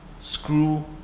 screw